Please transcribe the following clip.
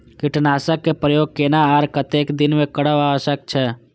कीटनाशक के उपयोग केना आर कतेक दिन में करब आवश्यक छै?